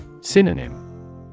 Synonym